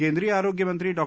केंद्रिय आरोग्य मंत्री डॉ